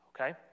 okay